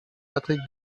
patrick